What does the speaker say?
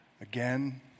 again